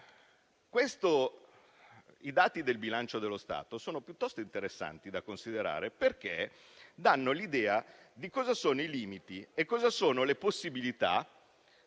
i dati del bilancio dello Stato sono piuttosto interessanti da considerare, perché danno l'idea di cosa sono i limiti e cosa sono le possibilità